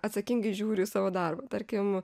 atsakingai žiūriu į savo darbą tarkim